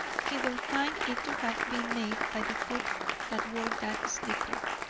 he will find it to have been made by the foot that wore that slipper.